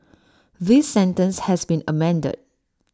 this sentence has been amended